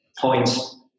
points